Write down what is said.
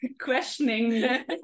questioning